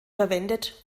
verwendet